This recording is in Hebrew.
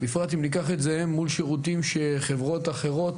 בפרט אם ניקח את זה מול שירותים שחברות אחרות,